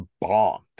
bombed